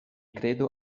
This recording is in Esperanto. kredo